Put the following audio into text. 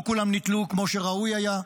לא כולם נתלו כמו שראוי היה,